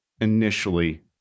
initially